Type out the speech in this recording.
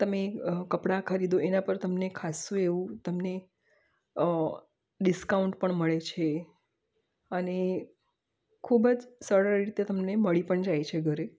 તમે કપડાં ખરીદો એના પર તમને ખાસું એવું તમને ડિસ્કાઉન્ટ પણ મળે છે અને ખૂબ જ સરળ રીતે તમને મળી પણ જાય છે ઘરે